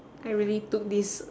I really took this